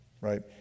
Right